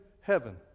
heaven